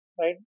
right